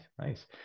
Nice